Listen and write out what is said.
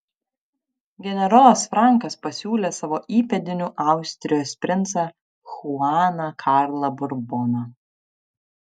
generolas frankas pasiūlė savo įpėdiniu austrijos princą chuaną karlą burboną